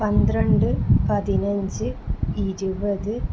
പന്ത്രണ്ട് പതിനഞ്ച് ഇരുപത്